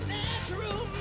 natural